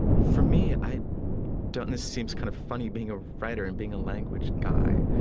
for me, i don't this seems kind of funny, being a writer and being a language guy